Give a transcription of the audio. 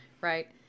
right